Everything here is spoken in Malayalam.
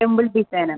ടെമ്പിൾ ഡിസൈനാണ്